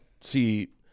see